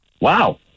wow